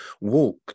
walk